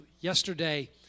Yesterday